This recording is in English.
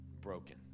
broken